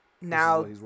now